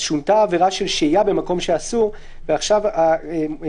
שונתה העבירה של שהייה במקום שאסור ועכשיו נאמר: